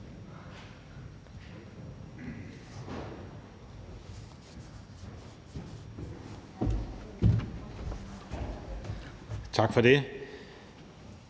Tak for det.